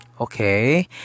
Okay